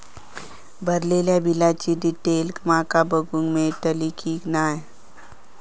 भरलेल्या बिलाची डिटेल माका बघूक मेलटली की नाय?